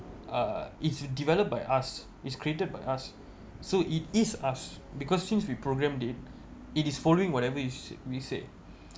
uh it's developed by us is created by us so it is us because since we program it it is following whatever is we say